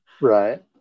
Right